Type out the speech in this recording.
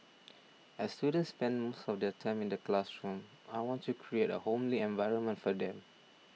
as students spend most of their time in the classroom I want to create a homely environment for them